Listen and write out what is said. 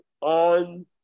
on